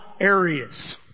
areas